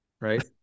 right